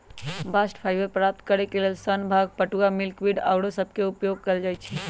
bast fibre प्राप्त करेके लेल सन, भांग, पटूआ, मिल्कवीड आउरो सभके उपयोग कएल जाइ छइ